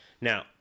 Now